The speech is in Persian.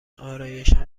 آرایشم